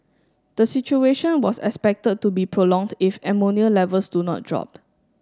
the situation was expected to be prolonged if ammonia levels do not drop